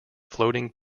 floating